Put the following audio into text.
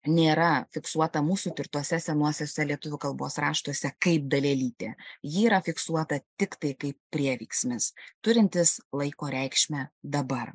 nėra fiksuota mūsų tirtose senuosiuose lietuvių kalbos raštuose kaip dalelytė ji yra fiksuota tiktai kaip prieveiksmis turintis laiko reikšmę dabar